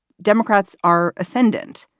democrats are ascendant,